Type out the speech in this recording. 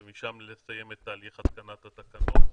ומשם לסיים את תהליך התקנת התקנות.